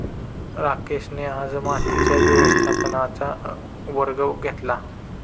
रमेशने आज मातीच्या व्यवस्थापनेचा वर्ग घेतला